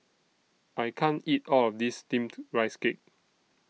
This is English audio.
I can't eat All of This Steamed Rice Cake